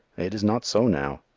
it is not so now.